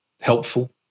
helpful